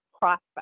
prospect